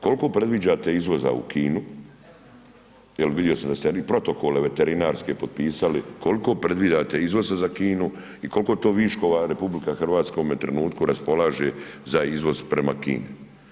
Koliko predviđate izvoza u Kinu, jer vidio sam da ste vi protokole veterinarske potpisali, koliko predviđate izvoza za Kinu i koliko to viškova RH u ovome trenutku raspolaže za izvoz prema Kini?